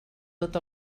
tot